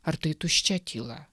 ar tai tuščia tyla